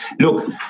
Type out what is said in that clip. Look